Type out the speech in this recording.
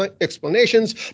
explanations